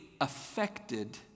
affected